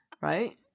right